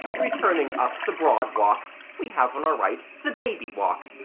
returning up the broad walk we have on our right the baby walk,